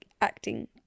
acting